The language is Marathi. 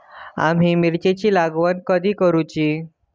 आम्ही मिरचेंची लागवड कधी करूची?